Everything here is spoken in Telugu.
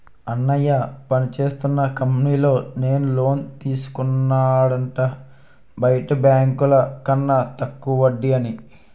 అన్నయ్య పనిచేస్తున్న కంపెనీలో నే లోన్ తీసుకున్నాడట బయట బాంకుల కన్న తక్కువ వడ్డీ అని